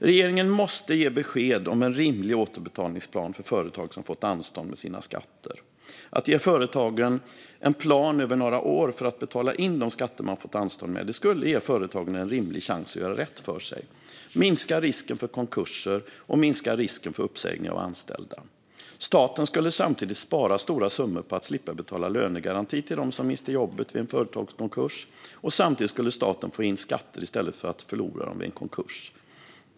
Regeringen måste ge besked om en rimlig återbetalningsplan för företag som fått anstånd med sina skatter. Att ge företagen en plan över några år för att betala in de skatter man fått anstånd med skulle ge företagen en rimlig chans att göra rätt för sig, minska risken för konkurser och minska risken för uppsägning av anställda. Staten skulle samtidigt spara stora summor på att slippa betala ut lönegaranti till dem som mister jobbet vid en företagskonkurs, och samtidigt skulle staten få in skatter i stället för att förlora dem vid en konkurs.